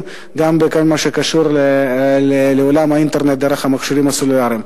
בכל מה שקשור לעולם האינטרנט דרך המכשירים הסלולריים.